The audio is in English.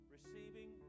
Receiving